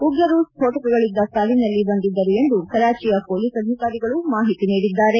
ಉಗ್ರರು ಸ್ಪೋಟಕಗಳಿದ್ದ ಕಾರಿನಲ್ಲಿ ಬಂದಿದ್ದರು ಎಂದು ಕರಾಚಿಯ ಪೊಲೀಸ್ ಅಧಿಕಾರಿಗಳು ಮಾಹಿತಿ ನೀಡಿದ್ದಾರೆ